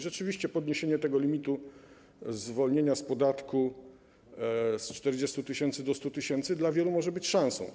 Rzeczywiście podniesienie limitu zwolnienia z podatku z 40 tys. do 100 tys. dla wielu może być szansą.